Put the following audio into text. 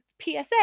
psa